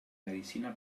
medicina